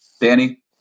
Danny